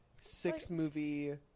six-movie